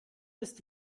ist